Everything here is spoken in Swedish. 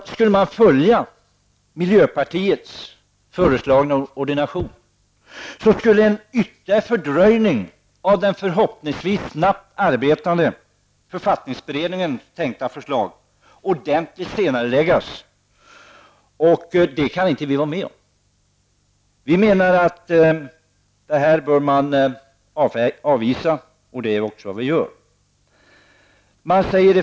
Om man skulle följa miljöpartiets och vänsterpartiets föreslagna ordination skulle en ytterligare fördröjning av den förhoppningsvis snabbt arbetande författningsberedningens tänkta resultat ordentligt senareläggas, och det kan vi inte gå med på. Vi menar att detta förslag bör avvisas, och jag yrkar avslag på reservation 1.